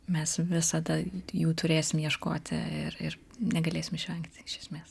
mes visada jų turėsim ieškoti ir ir negalėsim išvengti iš esmės